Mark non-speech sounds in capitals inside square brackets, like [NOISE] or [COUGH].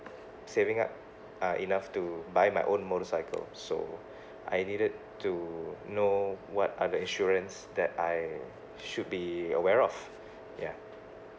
saving up uh enough to buy my own motorcycle so [BREATH] I needed to know what are the insurance that I should be aware of ya